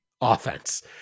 offense